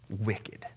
Wicked